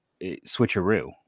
switcheroo